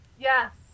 Yes